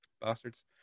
Bastards